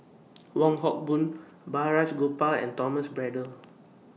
Wong Hock Boon Balraj Gopal and Thomas Braddell